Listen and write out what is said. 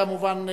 כמובן,